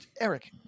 Eric